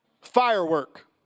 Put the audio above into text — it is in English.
firework